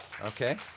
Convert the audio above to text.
Okay